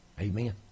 Amen